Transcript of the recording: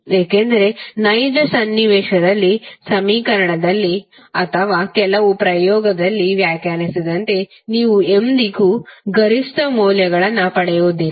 ಏಕೆಂದರೆ ನೈಜ ಸನ್ನಿವೇಶದಲ್ಲಿ ಸಮೀಕರಣದಲ್ಲಿ ಅಥವಾ ಕೆಲವು ಪ್ರಯೋಗದಲ್ಲಿ ವ್ಯಾಖ್ಯಾನಿಸಿದಂತೆ ನೀವು ಎಂದಿಗೂ ಗರಿಷ್ಠ ಮೌಲ್ಯಗಳನ್ನು ಪಡೆಯುವುದಿಲ್ಲ